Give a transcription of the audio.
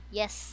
yes